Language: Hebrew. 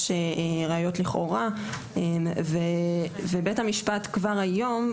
יש ראיות לכאורה ובית המשפט כבר היום,